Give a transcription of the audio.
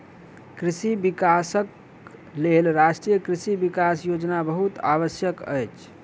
कृषि विकासक लेल राष्ट्रीय कृषि विकास योजना बहुत आवश्यक अछि